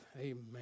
Amen